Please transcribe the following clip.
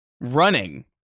running